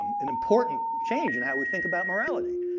an important change in how we think about morality.